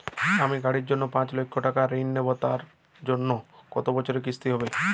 আমি গাড়ির জন্য পাঁচ লক্ষ টাকা ঋণ নেবো তার জন্য কতো বছরের কিস্তি হবে?